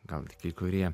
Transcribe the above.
gal tik kai kurie